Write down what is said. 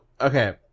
okay